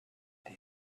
they